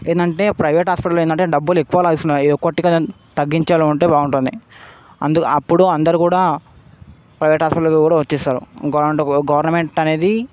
ఏంటంటే ప్రైవేట్ హాస్పిటల్లో ఏంటంటే డబ్బులు ఎక్కువ లాగేస్తున్నారు ఇది ఒకటి కొంచెం తగ్గించేలాగా ఉంటే బాగుంటుంది అప్పుడు అందరు కూడా ప్రైవేట్ హాస్పిటల్కు కూడా వచ్చేస్తారు గవర్నమెంట్ పోరు గవర్నమెంట్ అనేది